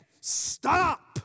Stop